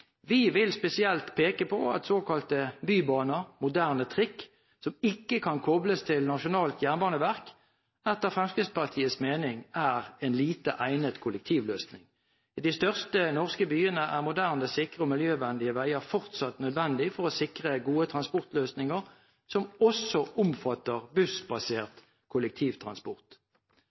Vi vil spesielt peke på at såkalte bybaner, moderne trikk, som ikke kan kobles til et nasjonalt jernbaneverk, etter Fremskrittspartiets mening er en lite egnet kollektivløsning. I de største norske byene er moderne, sikre og miljøvennlige veier fortsatt nødvendig for å sikre gode transportløsninger, som også omfatter bussbasert kollektivtransport.